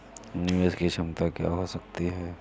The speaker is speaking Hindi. निवेश की क्षमता क्या हो सकती है?